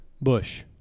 Bush